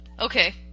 Okay